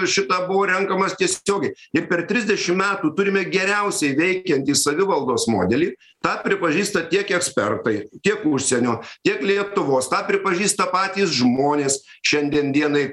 šita buvo renkamas tiesiogiai ir per trisdešim metų turime geriausiai veikiantį savivaldos modelį tą pripažįsta tiek ekspertai tiek užsienio tiek lietuvos tą pripažįsta patys žmonės šiandien dienai